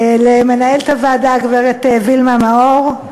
למנהלת הוועדה, הגברת וילמה מאור,